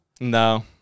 No